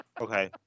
Okay